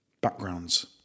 backgrounds